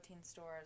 stores